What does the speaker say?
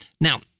Now